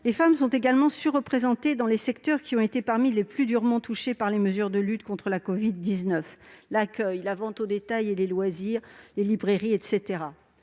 Les femmes sont également surreprésentées dans les secteurs qui ont été parmi les plus durement touchés par les mesures de lutte contre la covid-19 : l'accueil, la vente au détail, les loisirs, les librairies, etc.